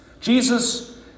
Jesus